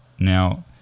Now